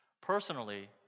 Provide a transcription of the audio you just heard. Personally